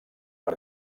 per